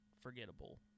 forgettable